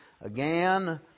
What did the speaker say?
again